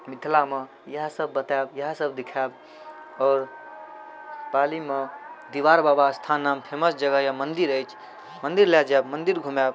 मिथिलामे इएहसब बताएब इएहसब देखाएब आओर पालीमे डिहबार बाबा अस्थान नाम फेमस जगह अइ मन्दिर अछि मन्दिर लऽ जाएब मन्दिर घुमाएब